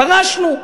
פרשנו.